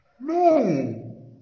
No